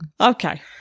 Okay